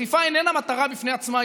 אכיפה איננה מטרה בפני עצמה,